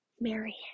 marry